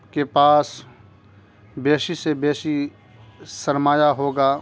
کے پاس بیشی سے بیشی سرمایا ہوگا